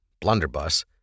blunderbuss